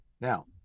Now